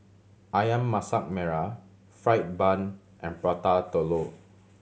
Ayam Masak Merah fried bun and Prata Telur